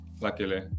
luckily